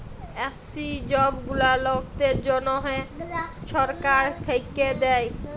SC ছব গুলা লকদের জ্যনহে ছরকার থ্যাইকে দেয়